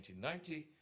1990